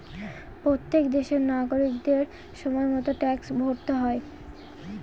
প্রত্যেক দেশের নাগরিকদের সময় মতো ট্যাক্স ভরতে হয়